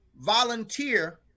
volunteer